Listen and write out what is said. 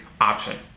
option